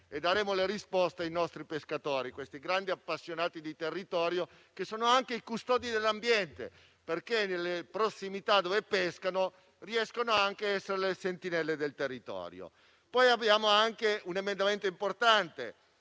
Daremo le risposte ai nostri pescatori, grandi appassionati di territorio che sono anche i custodi dell'ambiente, perché in prossimità di dove pescano riescono anche a essere le sentinelle del territorio. Un altro emendamento importante,